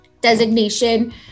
designation